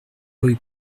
rue